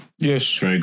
Yes